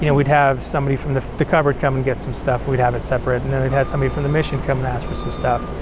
you know we'd have somebody from the the cupboard come and get some stuff, we'd have it separate. and then we'd have somebody from the mission come and ask for some stuff.